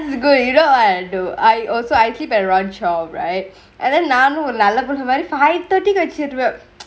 if good you know what I do I also I keep everyone xiao right and then நானு ஒரு நல்ல புள்ள மாதிரி:naanu oru nalle pulle mathiri five thirty கு வெச்சிருவே:ku vechiruve